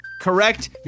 Correct